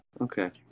okay